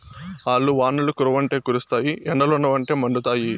ఆల్లు వానలు కురవ్వంటే కురుస్తాయి ఎండలుండవంటే మండుతాయి